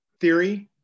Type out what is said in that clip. theory